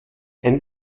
ein